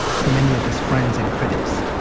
too many of his friends and credits.